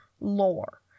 lore